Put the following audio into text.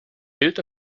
hilt